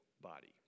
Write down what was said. body